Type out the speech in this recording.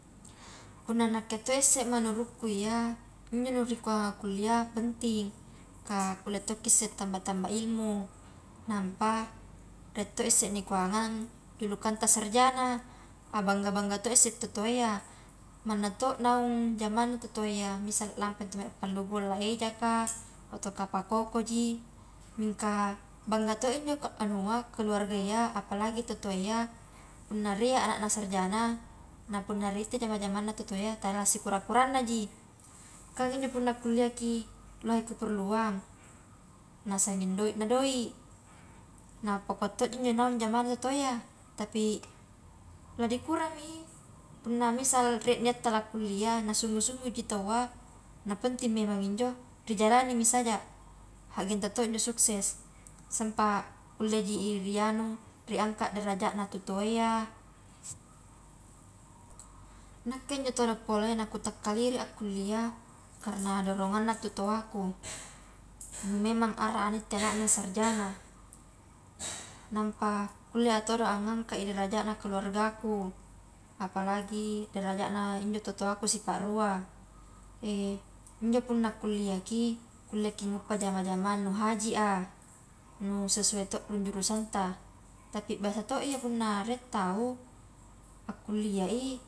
Punna nakke to isse menurutku iyya injo nu nikuanga akkuliah penting, kah kulle tokki isse tambah-tambah ilmu, namapa rie to isse nikuangang julukanta sarjana, abangga-bangga to isse tau toa iya, manna to naung jamanna totoa iya misal lampai intu mae pallu golla ejaka, atauka pakoko ji, mingka bangga to i injo anua keluarga iya apalagi tau toa iya punna rie anakna sarjana na punna ritte jama-jamangna tau toa iya tala sikura-kurannaji, kan injo punna kuliahki lohe keperluan, nasanging doi na doi, na pakua to ji injo naung jamanna tau toa iya, tapi ladikurami i, punna misal rie niatta la kuliah nah sungguh-sungguhji taua na penting memang injo, rijalanimi saja, haggengta to injo sukses, sempat kulle ji i ri anu, ri angka derajatna tau toa iya, nakke njo todo pole nakutakkaliri akkuliah, karna doronganna totoaku, nu memang arra a nitte anakna sarjana, nampa kulle todo ngangkai derajatna injo to toaku sipa rua, injo punna kuliahki kulleki nguppa jama-jamang nu haji a, nu sesuai to njo jurusanta, tapi biasa to iya punna rie tau pakkuliah i.